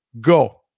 Go